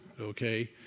Okay